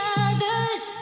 others